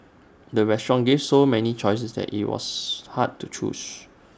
the restaurant gave so many choices that IT was hard to choose